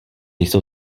jsou